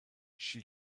she